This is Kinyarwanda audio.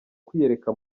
kwiyereka